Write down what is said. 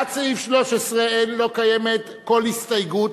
עד 13 לא קיימת כל הסתייגות,